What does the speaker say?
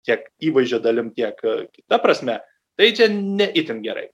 tiek įvaizdžio dalim tiek kita prasme tai čia ne itin gerai